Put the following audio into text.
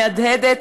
מהדהדת,